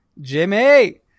Jimmy